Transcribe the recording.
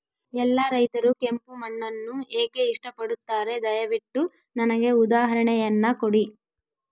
ಎಲ್ಲಾ ರೈತರು ಕೆಂಪು ಮಣ್ಣನ್ನು ಏಕೆ ಇಷ್ಟಪಡುತ್ತಾರೆ ದಯವಿಟ್ಟು ನನಗೆ ಉದಾಹರಣೆಯನ್ನ ಕೊಡಿ?